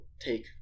take